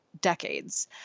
decades